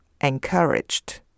encouraged